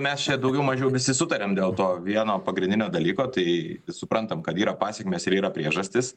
mes čia daugiau mažiau visi sutariam dėl to vieno pagrindinio dalyko tai suprantam kad yra pasekmės ir yra priežastys